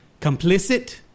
complicit